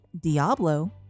Diablo